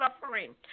Suffering